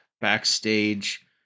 backstage